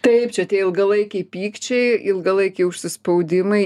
taip čia tie ilgalaikiai pykčiai ilgalaikiai užsispaudimai kad